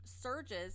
surges